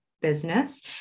business